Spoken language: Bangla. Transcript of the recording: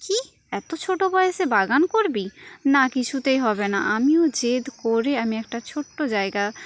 কী এতো ছোট বয়সে বাগান করবি না কিছুতেই হবে না আমিও জেদ করি আমি একটা ছোট্ট জায়গা